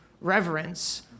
reverence